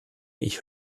ich